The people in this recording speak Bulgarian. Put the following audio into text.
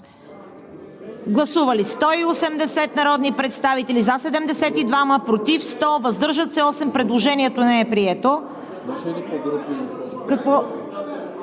Гласували 180 народни представители: за 72, против 100, въздържали се 8. Предложението не е прието.